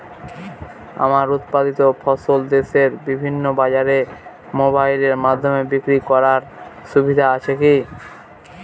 আমার উৎপাদিত ফসল দেশের বিভিন্ন বাজারে মোবাইলের মাধ্যমে বিক্রি করার সুবিধা আছে কি?